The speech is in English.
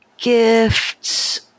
gifts